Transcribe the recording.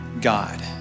God